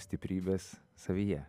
stiprybės savyje